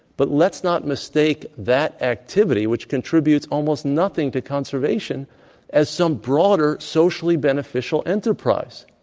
but let's not mistake that activity which contributes almost nothing to conservation as some broader socially beneficial enterprise.